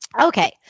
okay